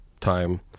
time